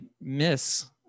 miss